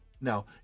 Now